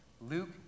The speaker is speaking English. Luke